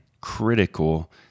critical